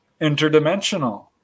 interdimensional